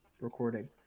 recording